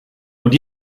und